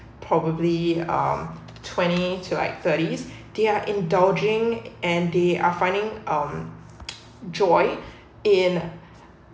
probably um twenty to like thirties they are indulging and they are finding um joy in